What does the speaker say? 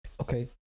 Okay